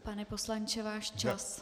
Pane poslanče, váš čas.